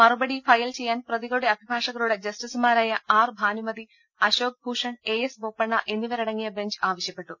മറുപടി ഫയൽ ചെയ്യാൻ പ്രതികളുടെ അഭിഭാഷകരോട് ജസ്റ്റിസ്മാരായ R Bhanumathi അശോക്ഭൂഷൺ A S Bopanna എന്നിവരടങ്ങിയ ബെഞ്ച് ആവശ്യപ്പെട്ടു